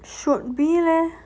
should be leh